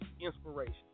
inspiration